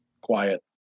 quiet